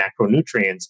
macronutrients